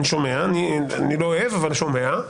אני לא אוהב, אבל שומע.